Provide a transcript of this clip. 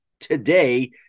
today